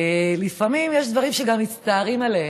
לפעמים יש דברים שגם מצטערים עליהם,